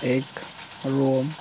ଏକ ରୋମ୍